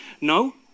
No